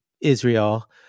Israel